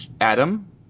Adam